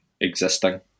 existing